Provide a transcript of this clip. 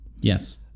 Yes